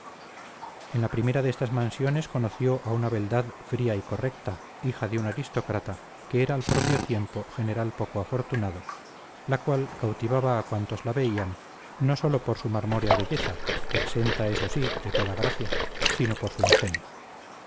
en la primera de estas mansiones conoció a una beldad fría y correcta hija de un aristócrata que era al propio tiempo general poco afortunado la cual cautivaba a cuantos la veían no sólo por su marmórea belleza exenta eso sí de toda gracia sino por su ingenio